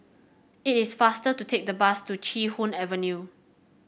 it is faster to take the bus to Chee Hoon Avenue